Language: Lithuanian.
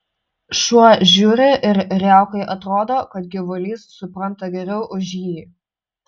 šuo žiūri ir riaukai atrodo kad gyvulys supranta geriau už jį